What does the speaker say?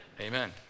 amen